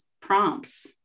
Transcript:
prompts